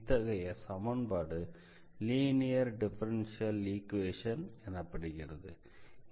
இத்தகைய சமன்பாடு linear differential equation எனப்படுகிறது